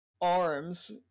arms